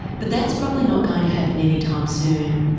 but that's probably not going to happen anytime soon.